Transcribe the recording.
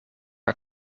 are